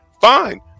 Fine